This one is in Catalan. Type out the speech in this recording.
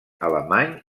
alemany